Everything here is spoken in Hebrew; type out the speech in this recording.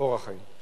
אורח חיים.